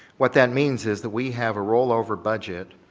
what that means is that we have a roll over budget,